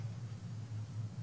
אבל אם יהיה פה נציג של בנק הדואר,